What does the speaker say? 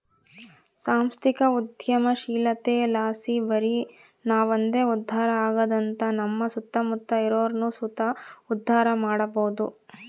ಸಾಂಸ್ಥಿಕ ಉದ್ಯಮಶೀಲತೆಲಾಸಿ ಬರಿ ನಾವಂದೆ ಉದ್ಧಾರ ಆಗದಂಗ ನಮ್ಮ ಸುತ್ತಮುತ್ತ ಇರೋರ್ನು ಸುತ ಉದ್ಧಾರ ಮಾಡಬೋದು